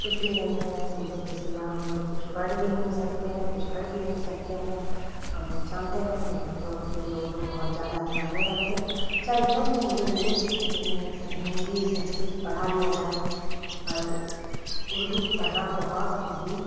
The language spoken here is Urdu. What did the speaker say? کچھ بھی نہیں ہے اردو کے سوا ہم لوگ کچھ پڑھ بھی نہیں سکتے ہیں کچھ کر بھی نہیں سکتے ہیں ہم لوگ جانتے ہیں کیونکہ ہم لوگوں کے لیے اردو بہت زیادہ ہی معنی رکھتے چاہے جتنا بھی ہندی انگلس سے ہندی سنسکرت پڑھا لیا جائے پر اردو پڑھنا بہت ہی